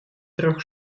трех